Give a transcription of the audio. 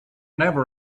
never